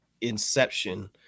inception